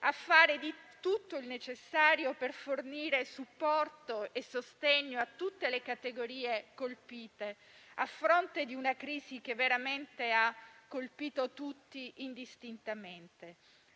a fare tutto il necessario per fornire supporto e sostegno a tutte le categorie colpite, a fronte di una crisi che veramente ha colpito tutti indistintamente.